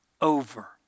over